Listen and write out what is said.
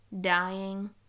dying